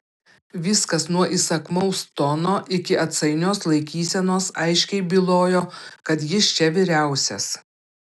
viskas nuo įsakmaus tono iki atsainios laikysenos aiškiai bylojo kad jis čia vyriausias